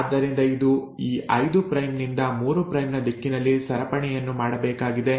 ಆದ್ದರಿಂದ ಇದು ಈ 5 ಪ್ರೈಮ್ ನಿಂದ 3 ಪ್ರೈಮ್ ನ ದಿಕ್ಕಿನಲ್ಲಿ ಸರಪಣಿಯನ್ನು ಮಾಡಬೇಕಾಗಿದೆ